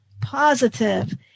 positive